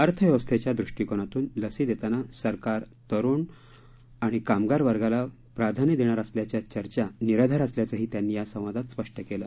अर्थव्यवस्थेच्या दृष्टीकोनातून लसी देताना सरकार तरुण आणि कामगार वर्गाला सरकार प्राधान्य देणार असल्याच्या चर्चा निराधार असल्याचंही त्यांनी या संवादात स्पष्ट केलं